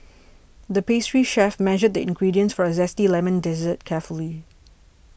the pastry chef measured the ingredients for a Zesty Lemon Dessert carefully